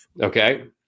Okay